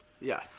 Yes